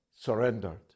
surrendered